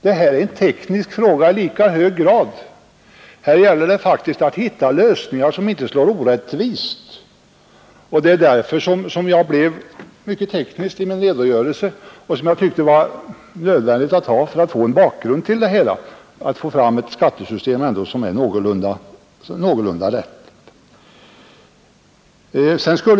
Det här är framför allt en teknisk fråga, där man måste söka hitta lösningar som inte slår orättvist. Det var därför som jag blev mycket teknisk i min redogörelse. Jag tyckte att det var nödvändigt som en bakgrund för att få fram ett skattesystem som är någorlunda rättvist.